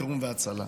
החירום וההצלה.